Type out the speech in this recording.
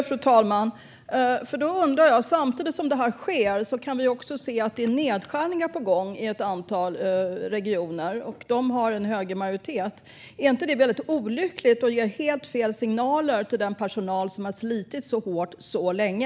Fru talman! Samtidigt som detta sker kan vi också se att det är nedskärningar på gång i ett antal regioner som har en högermajoritet. Är inte det väldigt olyckligt, och ger det inte helt fel signaler till den personal som har slitit så hårt, så länge?